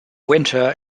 winter